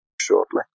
shortly